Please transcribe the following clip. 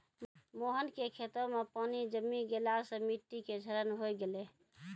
मोहन के खेतो मॅ पानी जमी गेला सॅ मिट्टी के क्षरण होय गेलै